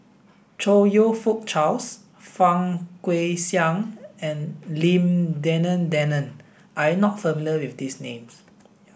Chong You Fook Charles Fang Guixiang and Lim Denan Denon are you not familiar with these names